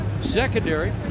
secondary